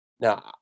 Now